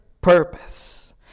purpose